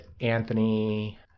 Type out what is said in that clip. Anthony